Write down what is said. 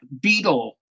beetle